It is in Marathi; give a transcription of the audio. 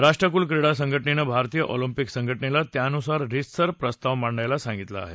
राष्ट्रकुल क्रीडा संघटनेनं भारतीय ऑलिम्पिक संघटनेला त्यानुसार रीतसर प्रस्ताव मांडायला सांगितलं आहे